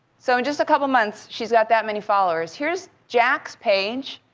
so in just a couple of months, she's got that many followers. here's jack's page.